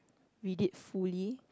read it fully